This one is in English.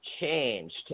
changed